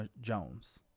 jones